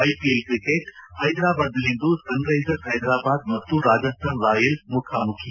IPL cricket ಹೈದರಾಬಾದ್ನಲ್ಲಿಂದು sunrisers Hyderabad ಮತ್ತು Rajasthan royals ಮುಖಾಮುಖಿ